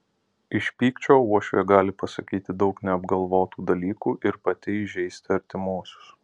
iš pykčio uošvė gali pasakyti daug neapgalvotų dalykų ir pati įžeisti artimuosius